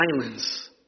silence